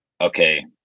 okay